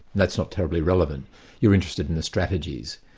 that's not terribly relevant you're interested in the strategies.